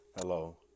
Hello